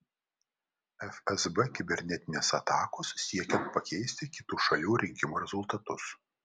fsb kibernetinės atakos siekiant pakeisti kitų šalių rinkimų rezultatus